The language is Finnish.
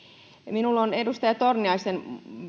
minulla on myöskin edustaja torniaisen